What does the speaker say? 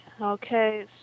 okay